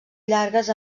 llargues